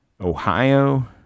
Ohio